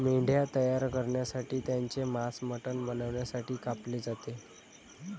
मेंढ्या तयार करण्यासाठी त्यांचे मांस मटण बनवण्यासाठी कापले जाते